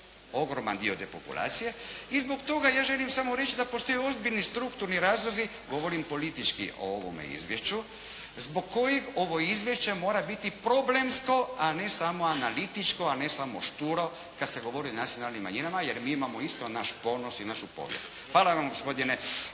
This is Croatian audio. ogroman dio te populacije i zbog toga ja želim samo reći da postoje ozbiljni strukturni razlozi, govorim politički o ovome Izvješću zbog kojih ovo Izvješće mora biti problemsko a ne samo analitičko, a ne samo šturo kada se govori o nacionalnim manjinama. Jer mi imamo isto naš ponos i našu povijest. Hvala vam gospodine